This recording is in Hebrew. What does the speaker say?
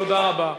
מאה אחוז,